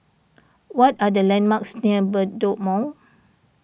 what are the landmarks near Bedok Mall